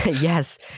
yes